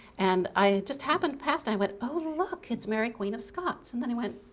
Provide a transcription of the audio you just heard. and i just happened past, i went, oh look, it's mary queen of scots and then i went,